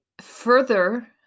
further